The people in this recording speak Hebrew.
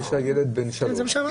יש לה ילד בן שלוש.